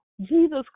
Jesus